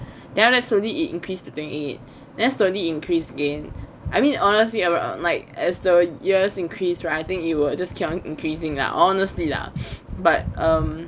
then after that slowly it increase to twenty eight then slowly increase again I mean honestly like as the years increase right it'll just keep on increasing lah honestly but um